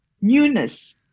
newness